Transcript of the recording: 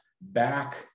back